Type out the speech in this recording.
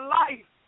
life